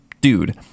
dude